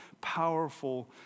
powerful